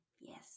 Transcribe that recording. Yes